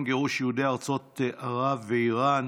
יום מיוחד לציון גירוש יהודי ארצות ערב ואיראן,